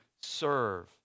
serve